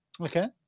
okay